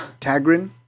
Tagrin